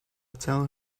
tell